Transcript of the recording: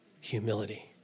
humility